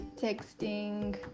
texting